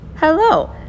hello